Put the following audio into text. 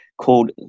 called